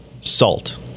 Salt